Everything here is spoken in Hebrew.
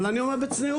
אבל אני אומר בצניעות,